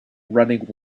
running